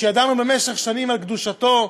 שידענו במשך שנים על קדושתו,